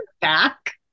back